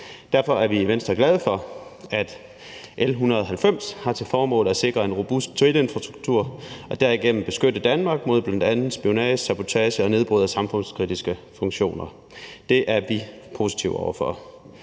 Derfor er vi i Venstre glade for, at L 190 har til formål at sikre en robust teleinfrastruktur og derigennem beskytte Danmark mod bl.a. spionage, sabotage og nedbrud af samfundskritiske funktioner. Det er vi positive over for.